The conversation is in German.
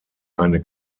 eine